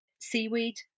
Seaweed